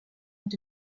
und